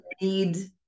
need